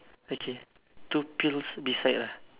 okay two pills beside ah